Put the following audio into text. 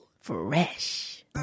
Fresh